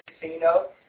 Casino